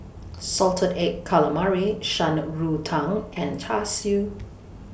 Salted Egg Calamari Shan Rui Tang and Char Siu